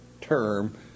term